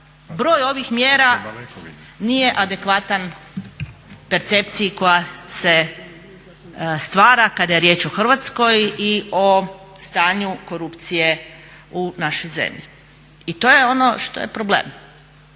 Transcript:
broj ovih mjera nije adekvatan percepciji koja se stvara kada je riječ o Hrvatskoj i o stanju korupcije u našoj zemlji. I to je ono što je problem.